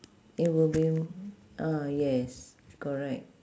it would be ah yes correct